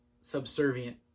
subservient